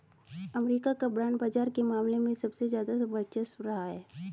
अमरीका का बांड बाजार के मामले में सबसे ज्यादा वर्चस्व रहा है